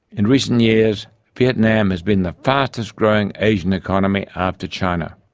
in recent years vietnam has been the fastest growing asian economy after china.